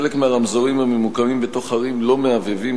חלק מהרמזורים הממוקמים בתוך ערים לא מהבהבים